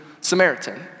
Samaritan